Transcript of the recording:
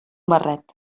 barret